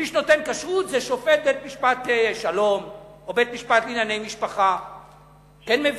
מי שנותן כשרות זה שופט בית-משפט שלום או בית-משפט לענייני משפחה.